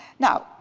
now,